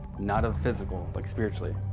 not physical, like spiritually.